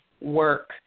work